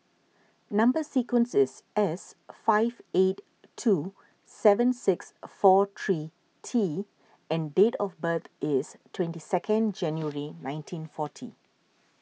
Number Sequence is S five eight two seven six four three T and date of birth is twenty second January nineteen forty